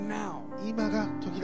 now